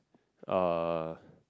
uh